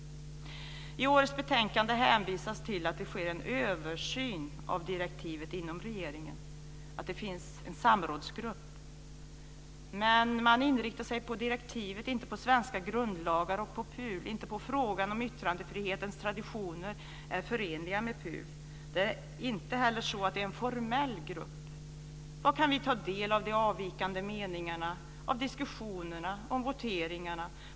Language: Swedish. I årets betänkande hänvisas till att det sker en översyn av direktivet inom regeringen och att det finns en samrådsgrupp. Men man inriktar sig på direktivet och inte på svenska grundlagar och PUL. Man tittar inte på frågan om yttrandefrihetens traditioner är förenliga med PUL. Det är inte heller så att det är en formell grupp. Var kan vi ta del av de avvikande meningarna, av diskussionerna och voteringarna?